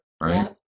right